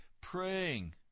praying